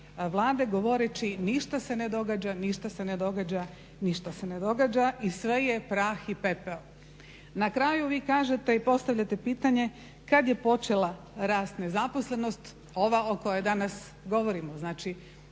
govoreći ništa se ne događa, ništa se ne događa i sve je prah i pepeo. Na kraju vi kažete i postavljate pitanje kad je počela rast nezaposlenost ova o kojoj danas govorimo? Znači,